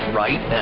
right